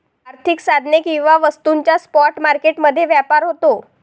आर्थिक साधने किंवा वस्तूंचा स्पॉट मार्केट मध्ये व्यापार होतो